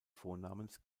vornamens